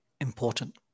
important